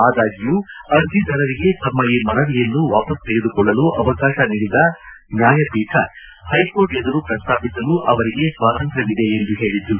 ಆದಾಗ್ಕೂ ಅರ್ಜಿದಾರರಿಗೆ ಶಮ್ಮ ಈ ಮನವಿಯನ್ನು ವಾಪಸ್ ತೆಗೆದುಕೊಳ್ಳಲು ಅವಕಾಶ ನೀಡಿದ ನ್ವಾಯಪೀಠ ಪೈಕೋರ್ಟ್ ಎದುರು ಪ್ರಸ್ತಾಪಿಸಲು ಅವರಿಗೆ ಸ್ವಾತಂತ್ರ ್ಯವಿದೆ ಎಂದು ಹೇಳಿತು